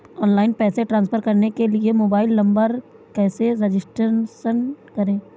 Online पैसे transfer करने के लिए मोबाइल नंबर कैसे रजिस्टर करें?